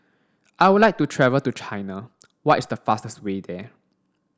I would like to travel to China what is the fastest way there